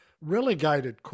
relegated